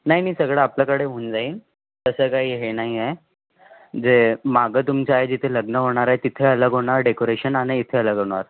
नाही नाही सगळं आपल्याकडे होऊन जाईल तसं काही हे नाही आहे जे मागं तुमच्या आहे जिथे लग्न होणारं आहे तिथं अलग होणार डेकोरेशन आणि इथे अलग होणार